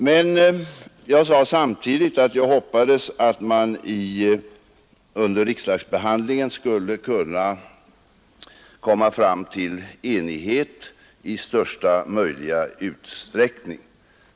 Men jag sade samtidigt att jag hoppades att man under riksdagsbehandlingen skulle kunna komma fram till enighet i största möjliga utsträckning.